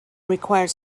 required